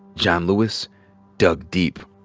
john lewis dug deep.